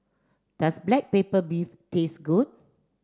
does Black Pepper Beef taste good